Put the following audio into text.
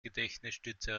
gedächtnisstütze